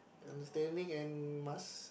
understanding and must